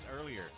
earlier